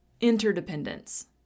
interdependence